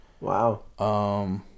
Wow